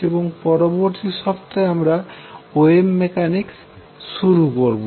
এবং পরবর্তী সপ্তাহে আমরা ওয়েভ মেকানিক্স শুরু করবো